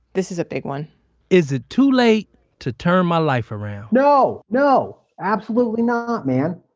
this is a big one is it too late to turn my life around? no! no! absolutely not, man!